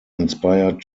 inspired